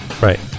right